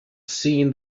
seen